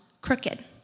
crooked